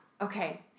okay